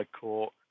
court